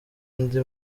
ndi